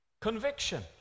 conviction